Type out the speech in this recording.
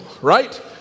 right